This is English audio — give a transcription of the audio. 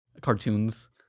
cartoons